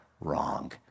wrong